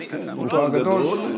הוא פער גדול.